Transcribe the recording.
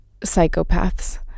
psychopaths